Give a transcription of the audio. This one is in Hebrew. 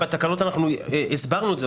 בתקנות אנחנו הסברנו את זה.